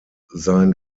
sein